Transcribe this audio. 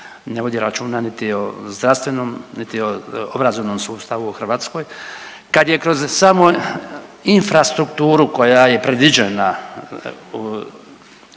ne vodi računa niti o zdravstvenom, niti o obrazovnom sustavu u Hrvatskoj kad je kroz samo infrastrukturu koja je predviđena zdravstvenu